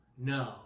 No